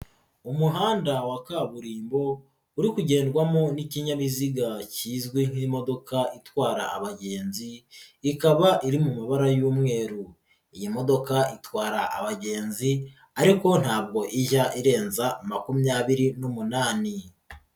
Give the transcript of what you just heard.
Umuhanda wa kaburimbo uri kugendwamo n'ikinyabiziga kizwi nk'imodoka itwara abagenzi, ikaba iri mu mabara y'umweru. Iyi modoka itwara abagenzi ariko ntabwo ijya irenza makumyabiri n'umunani.